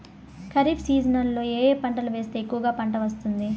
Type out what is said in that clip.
ఖరీఫ్ సీజన్లలో ఏ ఏ పంటలు వేస్తే ఎక్కువగా పంట వస్తుంది?